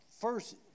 first